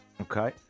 Okay